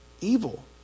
evil